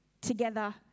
together